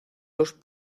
dos